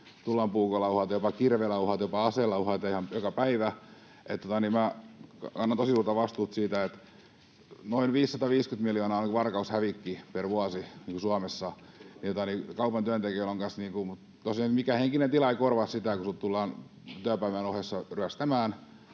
Tullaan puukolla uhaten ja jopa kirveellä uhaten ja jopa aseella uhaten ihan joka päivä. Minä kannan tosi suurta vastuuta siitä — noin 550 miljoonaa on varkaushävikki per vuosi Suomessa — että kaupan työntekijöillä on kanssa... Tosin mikään henkinen tila ei korvaa sitä, kun sinulta tullaan työpäivän ohessa ryöstämään